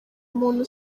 muntu